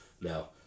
Now